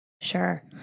Sure